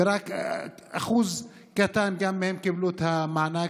רק אחוז קטן מהם קיבלו את המענק.